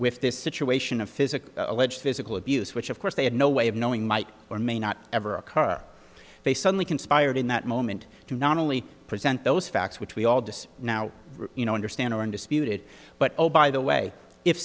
with this situation of physical alleged physical abuse which of course they had no way of knowing might or may not ever occur they suddenly conspired in that moment to not only present those facts which we all decide now you know understand or undisputed but oh by the way if